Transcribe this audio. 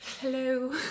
Hello